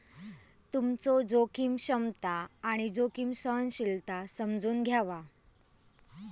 तुमचो जोखीम क्षमता आणि जोखीम सहनशीलता समजून घ्यावा